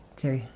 Okay